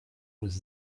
was